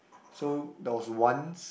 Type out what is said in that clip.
so there was once